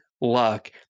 luck